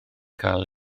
cael